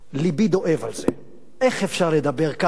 לבי דואב על זה, איך אפשר לדבר ככה?